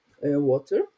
water